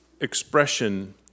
expression